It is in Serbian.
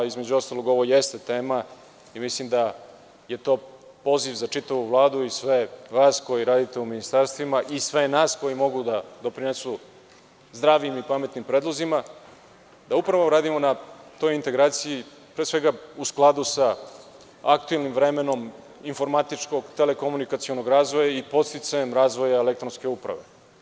Između ostalog, ovo jeste tema i mislim da je to poziv za čitavu Vladu i sve vas koji radite u ministarstvima i sve nas koji mogu da doprinesu zdravim i pametnim predlozima, da upravo radimo na toj integraciji, pre svega u skladu sa aktivnim vremenom informatičkog telekomunikacionog razvoja i podsticajem razvoja elektronske uprave.